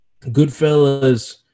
Goodfellas